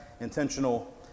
intentional